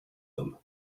them